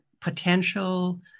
potential